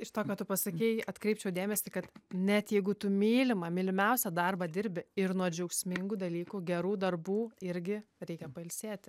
iš to ką tu pasakei atkreipčiau dėmesį kad net jeigu tu mylimą mylimiausią darbą dirbi ir nuo džiaugsmingų dalykų gerų darbų irgi reikia pailsėti